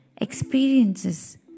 Experiences